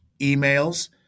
emails